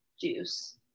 juice